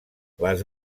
les